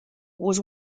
was